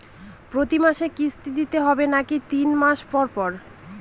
প্রতিমাসে কিস্তি দিতে হবে নাকি তিন মাস পর পর?